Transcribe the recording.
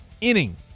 inning